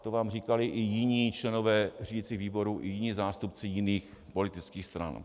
To vám říkali i jiní členové řídicího výboru i jiní zástupci jiných politických stran.